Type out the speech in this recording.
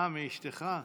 אה, מאשתך?